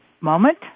moment